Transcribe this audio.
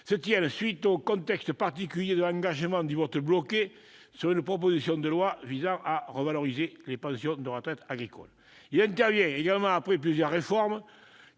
se tienne dans le contexte particulier né de l'utilisation du vote bloqué sur une proposition de loi visant à revaloriser les pensions de retraite agricoles. Il intervient également après plusieurs réformes